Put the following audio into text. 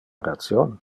ration